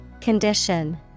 Condition